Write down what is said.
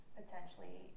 potentially